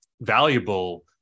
valuable